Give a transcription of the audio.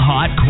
Hot